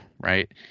Right